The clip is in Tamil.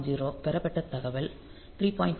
0 பெறப்பட்ட தகவல் 3